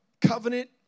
covenant